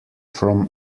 from